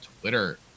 Twitter